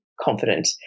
Confident